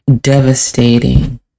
devastating